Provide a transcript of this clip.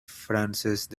francesc